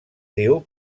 diu